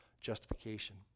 justification